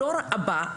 הדור הבא,